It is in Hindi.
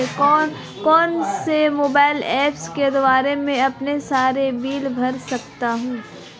कौनसे मोबाइल ऐप्स के द्वारा मैं अपने सारे बिल भर सकता हूं?